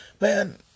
man